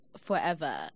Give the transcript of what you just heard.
forever